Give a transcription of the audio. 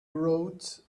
wrote